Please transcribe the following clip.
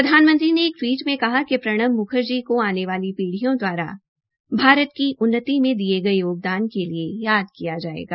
प्रधानमंत्री ने एक टवीट मे कहा कि प्रणब म्खर्जी को आने वाली पीढियों द्वारा भारत की उन्नति में दिये गये योगदान के लिए याद किया जायेगा